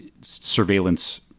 surveillance